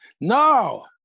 no